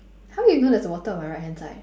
how you know there's a water on my right hand side